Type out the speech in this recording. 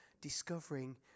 discovering